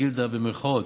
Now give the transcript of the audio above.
"גילדה" במירכאות,